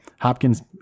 Hopkins